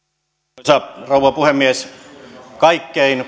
arvoisa rouva puhemies kaikkein